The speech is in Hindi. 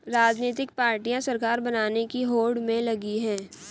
राजनीतिक पार्टियां सरकार बनाने की होड़ में लगी हैं